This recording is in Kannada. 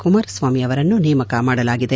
ಕುಮಾರಸ್ವಾಮಿ ಅವರನ್ನು ನೇಮಕ ಮಾಡಲಾಗಿದೆ